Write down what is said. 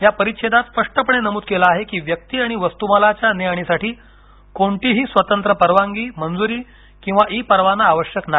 या परिच्छेदात स्पष्टपणे नमूद केलं आहे की व्यक्ति आणि वस्तुमालाच्या ने आणीसाठी कोणतीही स्वतंत्र परवानगी मंजुरी किंवा ई परवाना आवश्यक नाही